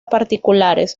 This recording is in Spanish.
particulares